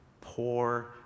poor